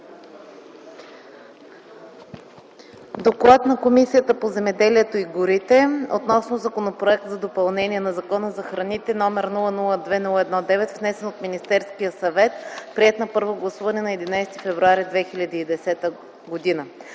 Доклад на Комисията по земеделието и горите относно Законопроект за допълнение на Закона за храните, № 002-01-9, внесен от Министерския съвет, приет на първо гласуване на 11 февруари 2010 г.